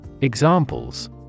Examples